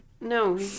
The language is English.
No